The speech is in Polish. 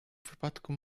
wypadku